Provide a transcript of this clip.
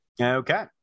Okay